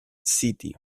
city